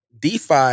DeFi